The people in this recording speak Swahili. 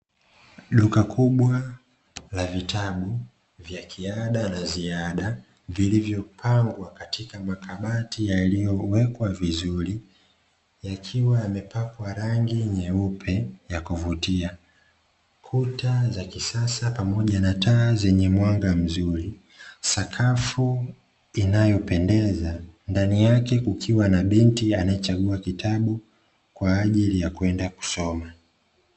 Duka kubwa la vitabu vya kiada na ziada, vilivyopangwa katika makabati yaliyo wekwa vizuri, yakiwa yamepakwa rangi nyeupe ya kuvutia, kuta za kisasa pamoja na taa zenye mwanga mzuri, sakafu inayopendeza ndani yake kukiwa na binti anaeyechagua kitabu, kwa ajili ya kwenda kusoma.